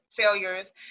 failures